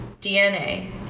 DNA